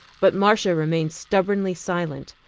but marcia remained stubbornly silent,